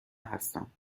هستم